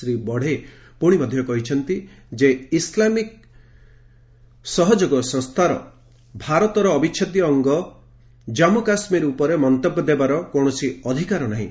ଶ୍ରୀ ବଢ଼େ ପୁଣି ମଧ୍ୟ କହିଛନ୍ତି ଯେ ଇସଲାମିକ୍ ସହଯୋଗ ସଂସ୍ଥାର ଭାରତର ଅବିଚ୍ଛେଦ୍ୟ ଅଙ୍ଗ ଜାମ୍ଗୁ କାଶ୍ୱୀର ଉପରେ ମନ୍ତବ୍ୟ ଦେବାର କୌଣସି ଅଧିକାର ନାହିଁ